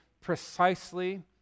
precisely